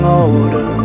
older